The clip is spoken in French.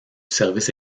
service